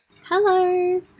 hello